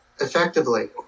effectively